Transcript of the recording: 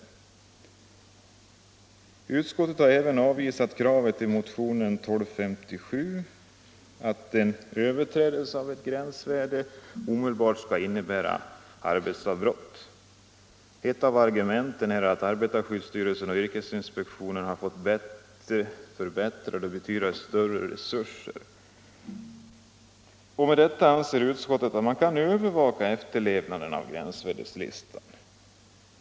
Utskottet har även avvisat kravet i motionen 1257 att en överträdelse av ett gränsvärde omedelbart skall innebära arbetsavbrott. Ett av argumenten är att arbetarskyddsstyrelsen och yrkesinspektionen har fått betydande resursförstärkningar. Med detta anser utskottet att man kan övervaka efterlevnaden av gränsvärdeslistan.